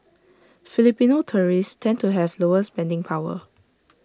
Filipino tourists tend to have lower spending power